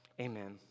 amen